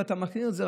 ואתה מכיר את זה,